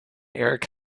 eric